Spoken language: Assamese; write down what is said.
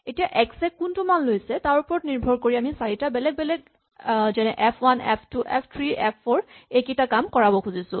এতিয়া এক্স এ কোনটো মান লৈছে তাৰ ওপৰত নিৰ্ভৰ কৰি আমি চাৰিটা বেলেগ বেলেগ যেনে f one f two f three f four এইকেইটা কাম কৰাব খুজিছো